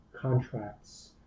contracts